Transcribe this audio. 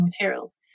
materials